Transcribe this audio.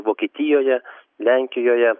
vokietijoje lenkijoje